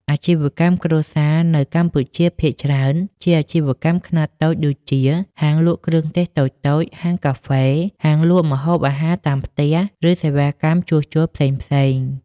អាជីវកម្មគ្រួសារនៅកម្ពុជាភាគច្រើនជាអាជីវកម្មខ្នាតតូចដូចជា ហាងលក់គ្រឿងទេសតូចៗ ហាងកាហ្វេ ហាងលក់ម្ហូបអាហារតាមផ្ទះ ឬសេវាកម្មជួសជុលផ្សេងៗ។